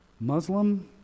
Muslim